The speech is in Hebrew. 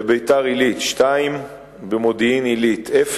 ביתר-עילית, מודיעין-עילית,